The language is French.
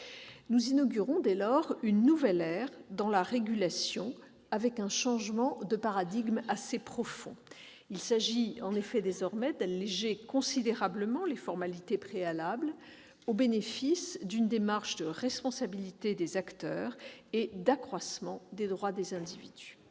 Nous inaugurons, dès lors, une nouvelle ère dans la régulation, avec un changement de paradigme assez profond : il s'agit désormais, en effet, d'alléger considérablement les formalités préalables, au bénéfice d'une démarche de responsabilité des acteurs et d'accroissement des droits des individus.